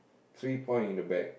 three point in the bag